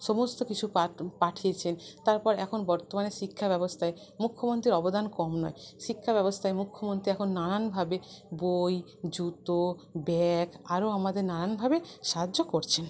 সমস্ত কিছু পাঠিয়েছেন তারপর এখন বর্তমানে শিক্ষাব্যবস্থায় মুখ্যমন্ত্রীর অবদান কম নয় শিক্ষাব্যবস্থায় মুখ্যমন্ত্রী এখন নানানভাবে বই জুতো ব্যাগ আরও আমাদের নানানভাবে সাহায্য করছেন